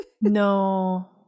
No